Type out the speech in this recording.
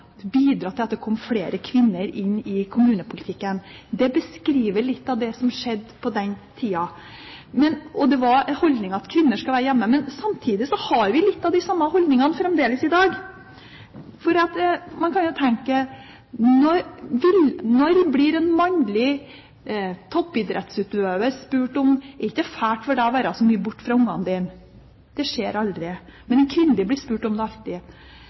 til at det kom flere kvinner inn i kommunepolitikken. Det beskriver litt av det som skjedde på den tida. Holdningen var at kvinner skulle være hjemme. Men samtidig har vi litt av den samme holdingen fremdeles i dag. Man kan jo tenke på følgende: Når blir en mannlig toppidrettsutøver spurt om det ikke er fælt for ham å være så mye borte fra barna sine? Det skjer aldri. Men en kvinne blir alltid spurt om det.